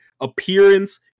appearance